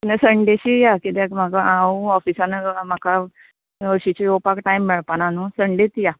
तेन्ना संडेशीं या कित्याक म्हाका हांव ऑफिसान म्हाका हरशींचें येवपाक टायम मेळपा ना न्हू संडेच या